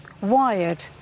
Wired